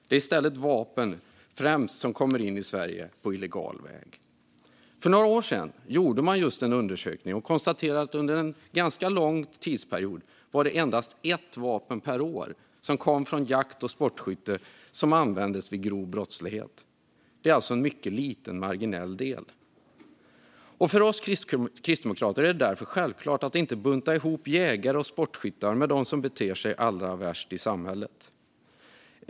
Det är i stället främst vapen som kommer in i Sverige på illegal väg. För några år sedan gjorde man en undersökning där man konstaterade att under en ganska lång tidsperiod var det endast ett vapen per år som kom från jakt eller sportskytte vid grov brottslighet. Det är alltså en mycket liten och marginell del. För oss kristdemokrater är det därför självklart att inte bunta ihop jägare och sportskyttar med dem som beter sig allra värst i samhället.